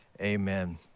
amen